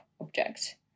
object